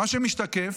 מה שמשתקף